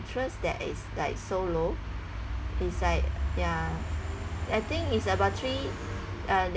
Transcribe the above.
interest that is like so low it's like ya I think it's about three uh